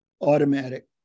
automatic